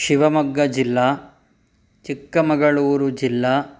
शिवमग्गाजिल्ला चिक्कमगलूरुजिल्ला